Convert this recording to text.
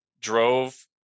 drove